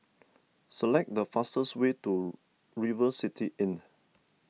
select the fastest way to River City Inn